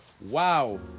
Wow